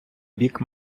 бік